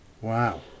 Wow